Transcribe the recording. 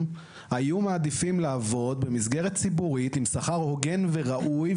היו מעדיפים לעבוד במסגרת ציבורית עם שכר הוגן וראוי,